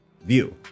view